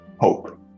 hope